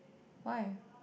why